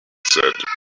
said